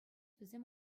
вӗсем